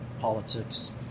politics